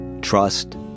trust